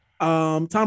Tom